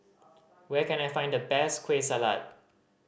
where can I find the best Kueh Salat